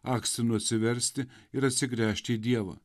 akstinu atsiversti ir atsigręžt į dievą